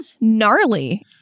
Gnarly